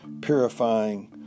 purifying